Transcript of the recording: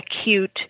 acute